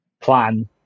plan